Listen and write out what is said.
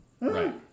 Right